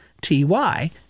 T-Y